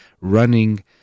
running